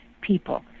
people